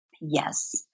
Yes